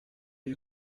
you